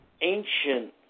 ancient